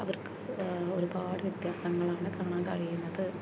അവർക്ക് ഒരുപാട് വ്യത്യാസങ്ങളാണ് കാണാൻ കഴിയുന്നത്